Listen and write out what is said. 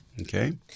Okay